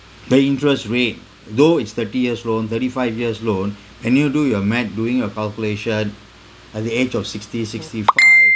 the interest rate though it's thirty years loan thirty five years loan when you do your math doing your calculation at the age of sixty sixty five